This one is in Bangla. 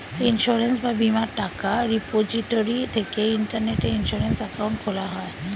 ইন্সুরেন্স বা বীমার টাকা রিপোজিটরি থেকে ইন্টারনেটে ইন্সুরেন্স অ্যাকাউন্ট খোলা যায়